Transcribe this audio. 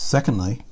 Secondly